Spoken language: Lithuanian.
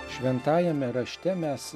šventajame rašte mes